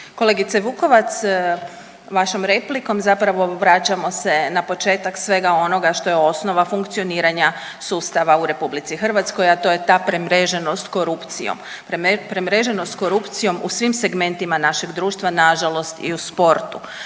Kolegice Vukovac vašom replikom zapravo vraćamo se na početak svega onoga što je osnova funkcioniranja sustava u RH, a to je ta premreženost korupcijom, premreženost korupcijom u svim segmentima našeg društva, nažalost i u sportu,